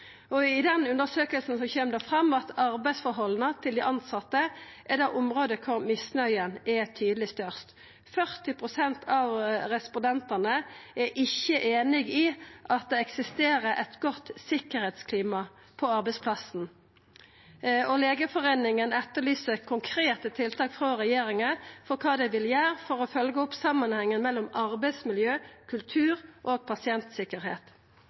pasientsikkerheitskultur. I den undersøkinga kjem det fram at arbeidsforholda til dei tilsette er det området der misnøya er tydeleg størst. 40 pst. av respondentane er ikkje einige i at det eksisterer eit godt sikkerheitsklima på arbeidsplassen, og Legeforeningen etterlyser konkrete tiltak frå regjeringa om kva dei vil gjera for å følgja opp samanhengen mellom arbeidsmiljø, kultur og